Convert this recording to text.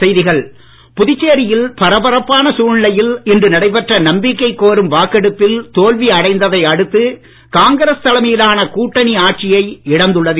புதுச்சேரிநாராயணசாமி புதுச்சேரியில் பரபரப்பான சூழ்நிலையில் இன்று நடைபெற்ற நம்பிக்கை கோரும் வாக்கெடுப்பில் தோல்வி அடைந்ததை அடுத்து காங்கிரஸ் தலைமையிலான கூட்டணி ஆட்சி இழந்துள்ளது